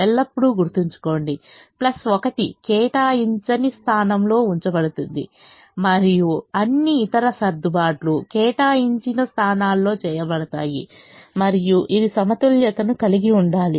ఎల్లప్పుడూ గుర్తుంచుకోండి 1 కేటాయించని స్థానంలో ఉంచబడుతుంది మరియు అన్ని ఇతర సర్దుబాట్లు కేటాయించిన స్థానాల్లో చేయబడతాయి మరియు ఇది సమతుల్యతను కలిగి ఉండాలి